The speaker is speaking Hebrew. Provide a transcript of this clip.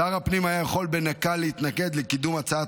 שר הפנים היה יכול בנקל להתנגד לקידום הצעת